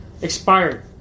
expired